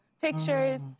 pictures